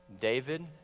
David